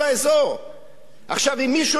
עכשיו, אם מישהו לא יודע, בואו אני אגיד לכם.